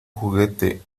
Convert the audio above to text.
juguete